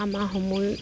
আমাৰ সময়